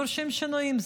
דורשים שינויים.